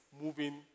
moving